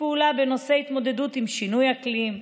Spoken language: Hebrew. פעולה בנושא ההתמודדות עם שינויי האקלים,